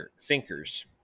thinkers